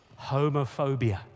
Homophobia